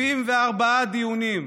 74 דיונים.